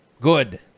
Good